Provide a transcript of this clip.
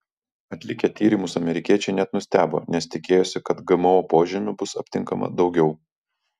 atlikę tyrimus amerikiečiai net nustebo nes tikėjosi kad gmo požymių bus aptinkama daugiau